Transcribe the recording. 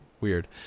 Weird